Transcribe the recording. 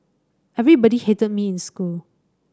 everybody hated me in school